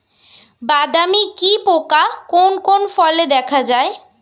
বাদামি কি পোকা কোন কোন ফলে দেখা যায়?